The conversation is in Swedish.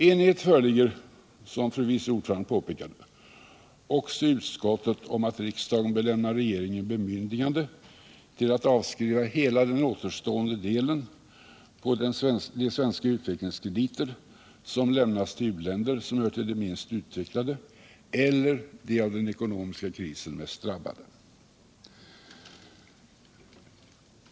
Enighet föreligger också i utskottet, som dess vice ordförande påpekade, om att riksdagen bör lämna regeringen bemyndigande att avskriva hela den återstående skulden på de svenska utvecklingskrediter som lämnats till u länder som hör till de minst utvecklade eller av den ekonomiska krisen hårdast drabbade.